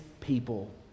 people